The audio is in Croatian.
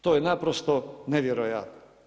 To je naprosto nevjerojatno.